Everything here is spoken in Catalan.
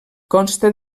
consta